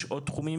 יש עוד תחומים.